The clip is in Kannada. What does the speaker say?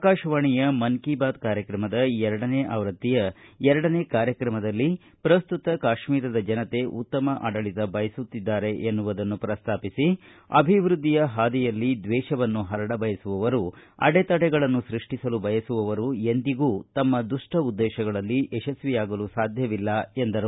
ಆಕಾಶವಾಣಿಯ ಮನ್ ಕಿ ಬಾತ್ ಕಾರ್ಯಕ್ರಮದ ಎರಡನೆ ಆವೃತ್ತಿಯ ಎರಡನೆ ಕಾರ್ಯಕ್ರಮದಲ್ಲಿ ಪ್ರಸ್ತುತ ಕಾಶ್ಮೀರದ ಜನತೆ ಉತ್ತಮ ಆಡಳತ ಬಯಸುತ್ತಿದ್ದಾರೆ ಎನ್ನುವುದನ್ನು ಪ್ರಸ್ತಾಪಿಸಿ ಅಭಿವೃದ್ಧಿಯ ಹಾದಿಯಲ್ಲಿ ದ್ವೇಷವನ್ನು ಪರಡ ಬಯಸುವವರು ಅಡೆತಡೆಗಳನ್ನು ಸೃಷ್ಟಿಸಲು ಬಯಸುವವರು ಎಂದಿಗೂ ತಮ್ಮ ದುಷ್ಟ ಉದ್ದೇಶಗಳಲ್ಲಿ ಯಶಸ್ವಿಯಾಗಲು ಸಾಧ್ಯವಿಲ್ಲ ಎಂದರು